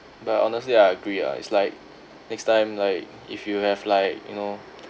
but honestly I agree lah it's like next time like if you have like you know